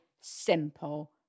simple